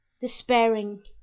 despairing